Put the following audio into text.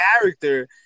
character